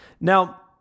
Now